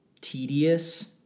tedious